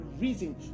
reason